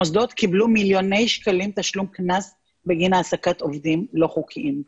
מוסדות קיבלו מיליוני שקלים תשלום קנס בגין העסקת עובדים לא חוקיים.